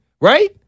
Right